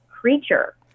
creature